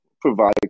provide